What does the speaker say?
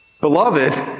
Beloved